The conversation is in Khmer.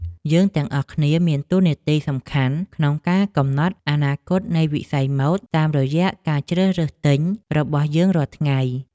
យើងទាំងអស់គ្នាមានតួនាទីសំខាន់ក្នុងការកំណត់អនាគតនៃវិស័យម៉ូដតាមរយៈការជ្រើសរើសទិញរបស់យើងរាល់ថ្ងៃ។